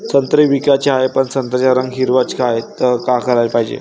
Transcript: संत्रे विकाचे हाये, पन संत्र्याचा रंग हिरवाच हाये, त का कराच पायजे?